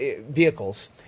vehicles